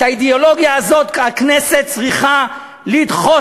את האידיאולוגיה הזאת הכנסת צריכה לדחות